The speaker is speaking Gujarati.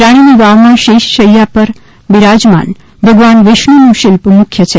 રાણીની વાવમાં શેષ શૈયા પર બિરાજમાન ભગવાન વિષ્ણુનું શિલ્પ મુખ્ય છે